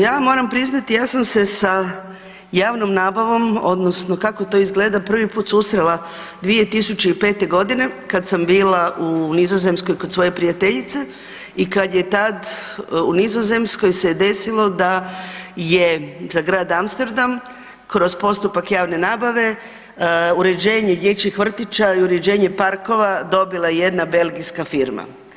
Ja moram priznat ja sam se sa javnom nabavom odnosno kako to izgleda prvi put susrela 2005.g. kad sam bila u Nizozemskoj kod svoje prijateljice i kad je tad, u Nizozemskoj se je desilo da je za grad Amsterdam kroz postupak javne nabave uređenje dječjih vrtića i uređenje parkova dobila jedna belgijska firma.